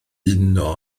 uno